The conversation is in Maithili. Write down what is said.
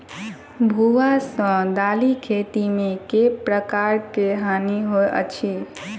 भुआ सँ दालि खेती मे केँ प्रकार केँ हानि होइ अछि?